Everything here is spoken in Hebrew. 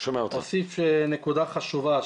אוסיף נקודה חשובה,